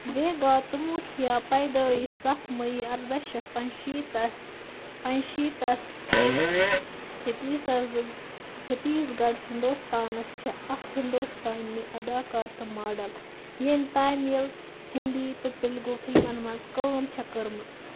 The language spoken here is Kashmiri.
ویگا تموتیا پیدٲیِش سَتھ مئی اَرداہ شیٚتھ پَنٛژشیٖتھ پَنٛژشیٖتھس چھتیٖسَس چھتیٖس گڑھ ہنٛدوستَانَس چھِ اکھ ہندوستٲنہِ اداکارہ تہٕ ماڈل ییٚمہِ تامِل ہِنٛدی تہٕ تیلگوٗ فلمَن منٛز کٲم چھےٚ کٔرمٕژ